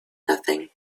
nothing